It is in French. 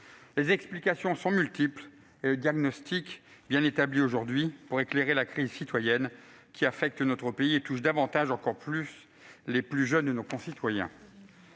les explications sont multiples et le diagnostic est aujourd'hui bien établi pour éclairer la crise citoyenne qui affecte notre pays et touche davantage encore les plus jeunes de nos concitoyens.